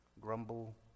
Grumble